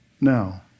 Now